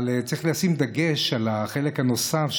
אבל צריך לשים דגש על החלק הנוסף,